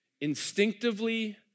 Instinctively